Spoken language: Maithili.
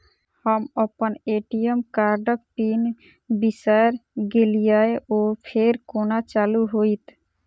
हम अप्पन ए.टी.एम कार्डक पिन बिसैर गेलियै ओ फेर कोना चालु होइत?